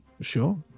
Sure